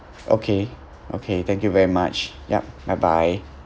okay okay thank you very much yup bye bye